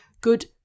good